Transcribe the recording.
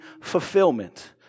fulfillment